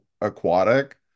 aquatic